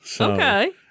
Okay